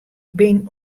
bin